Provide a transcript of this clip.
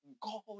God